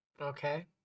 Okay